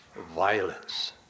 violence